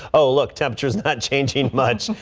oh look temperatures not changing much.